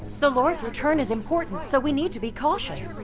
the lord's return is important, so we need to be cautious!